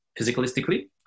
physicalistically